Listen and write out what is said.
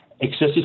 excessive